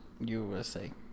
USA